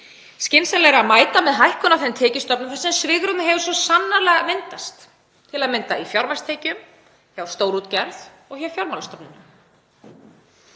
skynsamlegra að mæta með hækkun á þeim tekjustofnum þar sem svigrúmið hefur svo sannarlega myndast, til að mynda í fjármagnstekjum, hjá stórútgerð og hjá fjármálastofnunum.